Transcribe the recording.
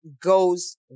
goes